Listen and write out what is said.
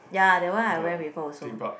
ya that one I went before also